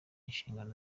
inshingano